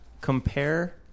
Compare